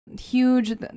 huge